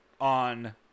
on